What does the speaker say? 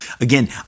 Again